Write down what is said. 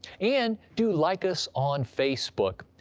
and do like us on facebook,